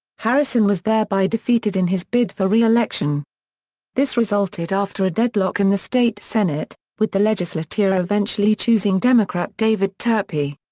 harrison was thereby defeated in his bid for reelection this resulted after a deadlock in the state senate, with the legislature eventually choosing democrat david turpie.